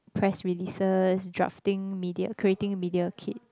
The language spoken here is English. press releases drafting media creating media kit